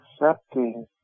accepting